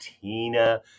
Tina